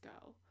go